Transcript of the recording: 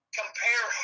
compare